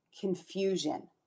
confusion